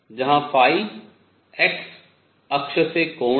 जहाँ x अक्ष से कोण है